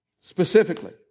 Specifically